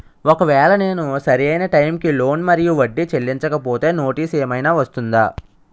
ఒకవేళ నేను సరి అయినా టైం కి లోన్ మరియు వడ్డీ చెల్లించకపోతే నోటీసు ఏమైనా వస్తుందా?